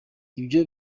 ibyo